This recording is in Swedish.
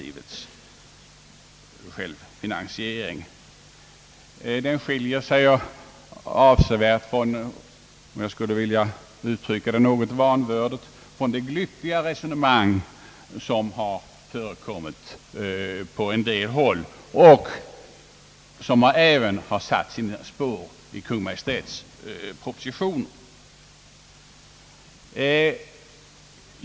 Hans bedömning skiljer sig avsevärt från det — om jag skulle uttrycka det något vanvördigt — glyt tiga resonemang som har förekommit på en del håll och som även har satt sina spår i Kungl. Maj:ts proposition.